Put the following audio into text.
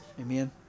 Amen